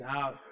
out